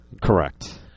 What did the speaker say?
Correct